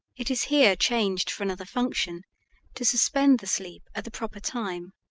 it is here changed for another function to suspend the sleep at the proper time.